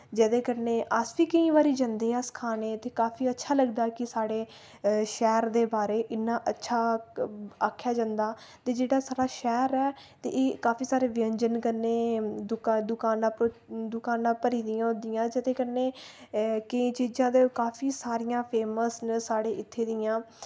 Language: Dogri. जेह्दे कन्नै अस बी केईं बारी जन्दे अस खाने ते काफी अच्छा लगदा कि साढ़े शैह्र दे बारे इन्ना अच्छा आखेआ जंदा ते जेह्ड़ा साढ़ा शैह्र ऐ ते एह् काफी सारे व्यंजन कन्नै दुका दुकाना पर दुकाना भरी दियां होंदियां जिदे कन्नै केईं चीजां ते काफी सारियां फेमस न साढ़े इत्थे दियां